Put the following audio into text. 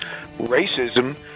Racism